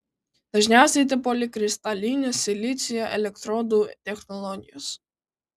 dažniausiai tai polikristalinio silicio elektrodų technologijos